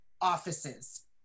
offices